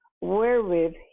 wherewith